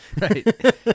Right